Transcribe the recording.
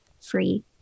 free